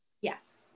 Yes